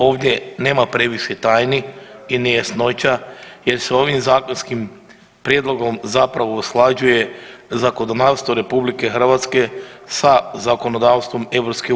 Ovdje nema previše tajni i nejasnoća jer se ovim zakonskim prijedlogom zapravo usklađuje zakonodavstvo RH sa zakonodavstvom EU.